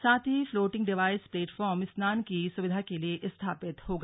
साथ ही floating device platform स्नान की सुविधा के लिए स्थापित होगा